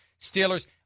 Steelers